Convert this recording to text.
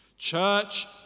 Church